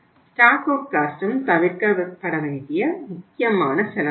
stock out காஸ்ட்டும் தவிர்க்கப்பட வேண்டிய முக்கியமான செலவாகும்